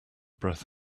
breath